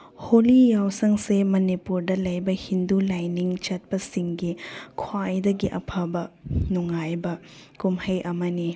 ꯍꯣꯂꯤ ꯌꯥꯎꯁꯪꯁꯦ ꯃꯅꯤꯄꯨꯔꯗ ꯂꯩꯕ ꯍꯤꯟꯗꯨ ꯂꯥꯏꯅꯤꯡ ꯆꯠꯄꯁꯤꯡꯒꯤ ꯈ꯭ꯋꯥꯏꯗꯒꯤ ꯑꯐꯕ ꯅꯨꯡꯉꯥꯏꯕ ꯀꯨꯝꯍꯩ ꯑꯃꯅꯤ